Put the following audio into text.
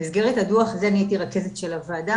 במסגרת הדוח הזה אני הייתי רכזת של הוועדה,